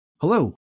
Hello